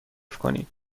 کنید